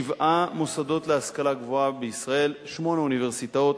מוסדות להשכלה גבוהה בישראל: שמונה אוניברסיטאות,